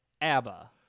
ABBA